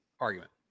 argument